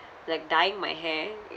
like dyeing my hair